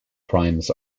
primes